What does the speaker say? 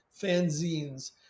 fanzines